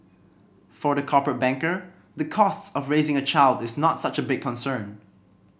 for the corporate banker the costs of raising a child is not such a big concern